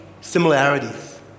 similarities